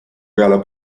peale